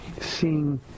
seeing